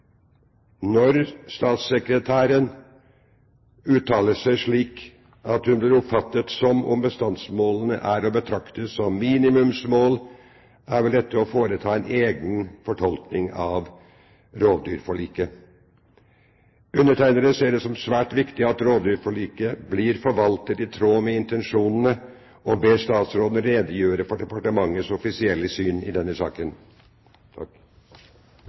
Når statssekretæren uttaler seg slik at hun blir oppfattet som om bestandsmålene er å betrakte som minimumsmål, er vel dette å foreta en egen fortolkning av rovdyrforliket. Undertegnede ser det som svært viktig at rovdyrforliket blir forvaltet i tråd med intensjonene og ber statsråden redegjøre for departementets offisielle syn i denne saken.